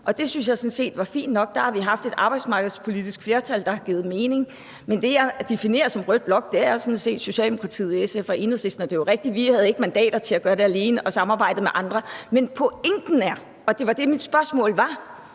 jeg sådan set var fint nok. Der har vi haft et arbejdsmarkedspolitisk flertal, der har givet mening. Men det, jeg definerer som rød blok, er sådan set Socialdemokratiet, SF og Enhedslisten. Det er rigtigt, at vi ikke havde mandater til at gøre det alene og samarbejdede med andre, men pointen er, og det var det, mit spørgsmål gik